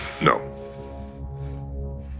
no